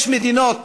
יש מדינות